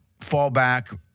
fallback